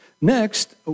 Next